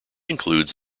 includes